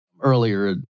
earlier